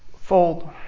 fold